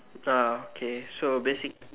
ah okay so basic